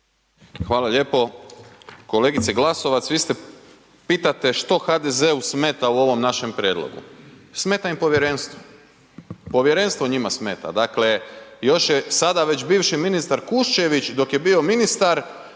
Hvala lijepo. Kolegice Glasovac vi se pitate što HDZ-u smeta u ovom našem prijedlogu. Smeta im povjerenstvo. Povjerenstvo njima smeta. Dakle još je sada već bivši ministar Kuščević dok je bio ministar